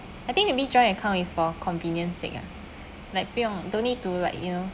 I think maybe joint account is for convenience sake ah like pay orh don't need to like you know